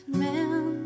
man